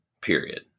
period